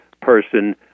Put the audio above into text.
person